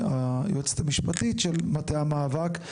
היועצת המשפטית של מטה המאבק.